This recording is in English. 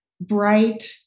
bright